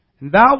Thou